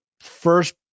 first